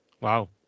Wow